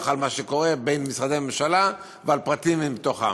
על מה שקורה בין משרדי הממשלה ועל פרטים מתוכם.